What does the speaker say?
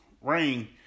ring